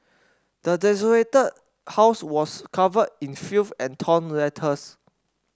the desolated house was covered in filth and torn letters